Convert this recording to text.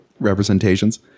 representations